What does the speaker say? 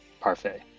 Parfait